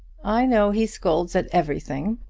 i know he scolds at everything,